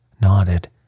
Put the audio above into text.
nodded